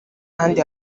handi